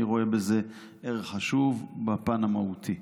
אני רואה בזה ערך חשוב בפן המהותי.